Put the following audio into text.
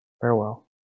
farewell